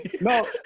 No